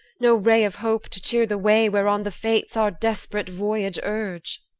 no ray of hope to cheer the way whereon the fates our desperate voyage urge.